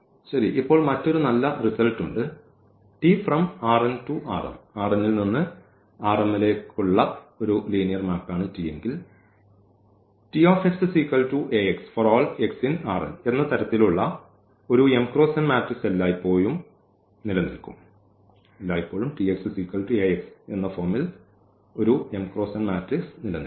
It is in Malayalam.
ശരി ഇപ്പോൾ മറ്റൊരു നല്ല റിസൾട്ട്ണ്ട് ൽ നിന്നു ലേക്കുള്ള ഒരു ലീനിയർ മാപ്പാണെങ്കിൽ എന്ന തരത്തിലുള്ള ഒരു m ക്രോസ് n മാട്രിക്സ് എല്ലായ്പ്പോഴും നിലനിൽക്കും